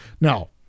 Now